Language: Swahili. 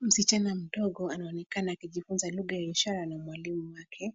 Msichana mdogo anaonekana akijifunza lugha ya ishara na mwalimu wake.